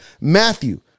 Matthew